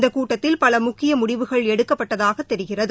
இந்தகூட்டத்தில் பலமுக்கியமுடிவுகள் எடுக்கப்பட்டதாகதெரிகிறது